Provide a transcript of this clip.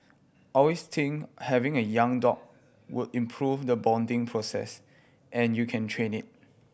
always think having a young dog would improve the bonding process and you can train it